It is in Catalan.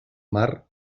mar